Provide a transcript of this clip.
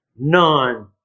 none